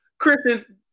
Christians